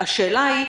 השאלה היא,